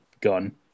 gun